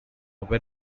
were